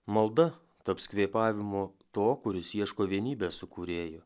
malda taps kvėpavimu to kuris ieško vienybės su kūrėju